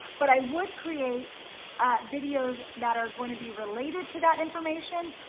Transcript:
but i would create videos that are gonna be related to that information,